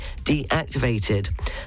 deactivated